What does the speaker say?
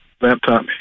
laptop